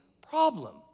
problem